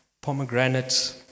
pomegranates